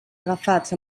agafats